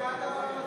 נתקבל.